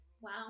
Wow